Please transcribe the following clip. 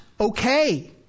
okay